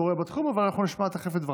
אבל אנחנו נשמע תכף את דבריו.